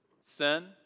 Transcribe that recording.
Sin